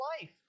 life